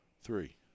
Three